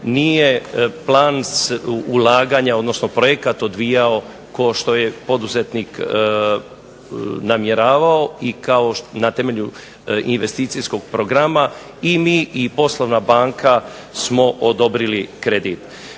nije plan ulaganja, odnosno projekat se odvijao kao što je poduzetnik namjeravao i na temelju investicijskog programa i mi i Poslovna banka smo odobrili kredit.